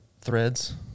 threads